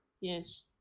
Yes